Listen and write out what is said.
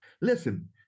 Listen